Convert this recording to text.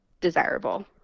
desirable